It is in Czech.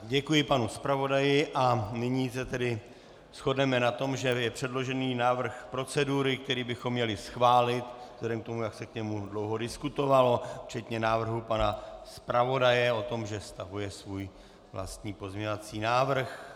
Děkuji panu zpravodaji a nyní se tedy shodneme na tom, že je předložený návrh procedury, který bychom měli schválit, vzhledem k tomu, jak se k němu dlouho diskutovalo, včetně návrhu pana zpravodaje o tom, že stahuje svůj vlastní pozměňovací návrh.